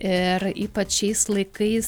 ir ypač šiais laikais